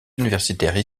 universitaires